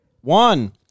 One